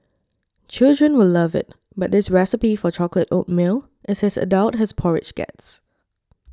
children will love it but this recipe for chocolate oatmeal is as adult as porridge gets